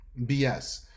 BS